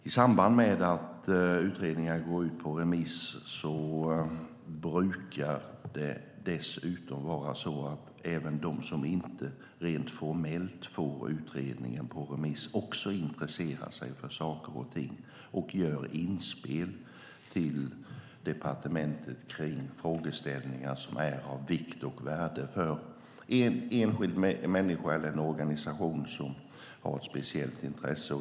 I samband med att en utredning går ut på remiss brukar även de som inte rent formellt får utredningen på remiss intressera sig för saker och ting och göra inspel till departementet i frågeställningar som är av vikt och värde för en enskild människa eller en organisation som har ett speciellt intresse.